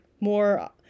more